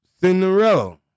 Cinderella